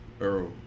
Earl